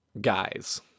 guys